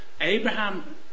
Abraham